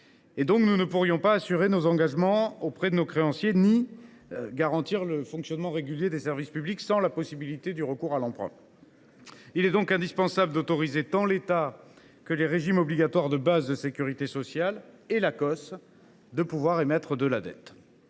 Nous ne pourrions donc pas assurer nos engagements auprès de nos créanciers ni garantir le fonctionnement régulier des services publics sans la possibilité de recourir à l’emprunt. Par conséquent, il est indispensable d’autoriser tant l’État que les régimes obligatoires de base de la sécurité sociale et l’Agence centrale des